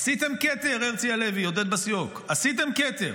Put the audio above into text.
עשיתם כתר, הרצי הלוי, עודד בסיוק, עשיתם כתר,